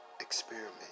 Experiment